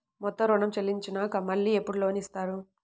మొత్తం ఋణం చెల్లించినాక మళ్ళీ ఎప్పుడు లోన్ ఇస్తారు?